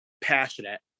passionate